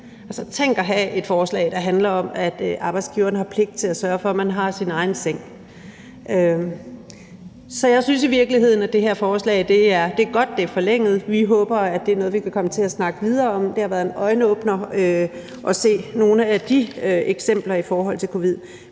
Tænk at have et forslag, der handler om, at arbejdsgiveren har pligt til at sørge for, at man har sin egen seng. Så jeg synes i virkeligheden, det er godt, at den her lov bliver forlænget. Vi håber, at det er noget, vi kan komme til at snakke videre om. Det har været en øjenåbner at se nogle af de eksempler i forhold til covid.